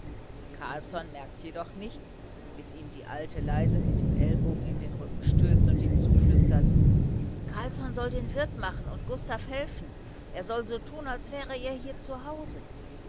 carlsson merkt jedoch nichts bis ihm die alte leise mit dem ellbogen in den rücken stößt und ihm zuflüstert carlsson soll den wirt machen und gustav helfen er soll so tun als wäre er hier